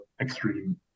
extreme